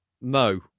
No